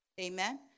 amen